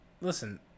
listen